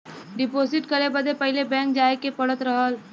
deposit करे बदे पहिले बैंक जाए के पड़त रहल